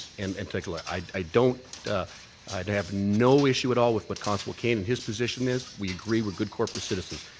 and and like i don't i have no issue at all with what constable cane and his position is. we agree. we're good corporate citizens,